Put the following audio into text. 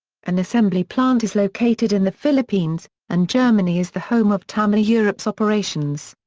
an assembly plant is located in the philippines, and germany is the home of tamiya europe's operations.